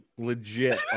legit